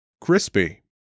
crispy